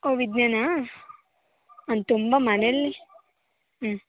ಓಹ್ ವಿಜ್ಞಾನ ಅವನು ತುಂಬ ಮನೆಯಲ್ಲಿ